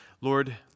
Lord